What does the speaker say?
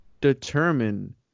determine